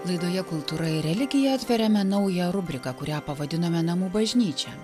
laidoje kultūra ir religija atveriame naują rubriką kurią pavadinome namų bažnyčia